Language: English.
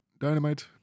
Dynamite